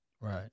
Right